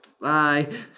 Bye